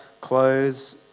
clothes